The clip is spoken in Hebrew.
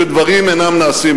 שדברים אינם נעשים.